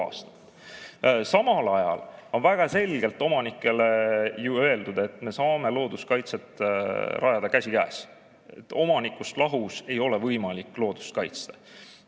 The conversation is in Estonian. ajal on väga selgelt omanikele öeldud, et me saame looduskaitsega tegelda käsikäes. Omanikust lahus ei ole võimalik loodust kaitsta.